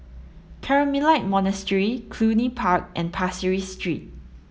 Carmelite Monastery Cluny Park and Pasir Ris Street